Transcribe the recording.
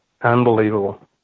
unbelievable